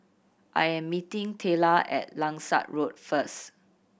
I am meeting Tayla at Langsat Road first